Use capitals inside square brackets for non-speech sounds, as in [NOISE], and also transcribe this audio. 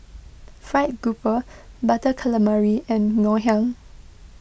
Fried Grouper [NOISE] Butter Calamari and Ngoh Hiang